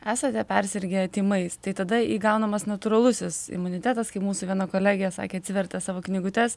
esate persirgę tymais tai tada įgaunamas natūralusis imunitetas kaip mūsų viena kolegė sakė atsivertė savo knygutes